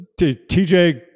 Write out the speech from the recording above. tj